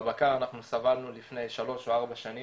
בבקר אנחנו סבלנו לפני שלוש או ארבע שנים,